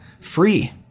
free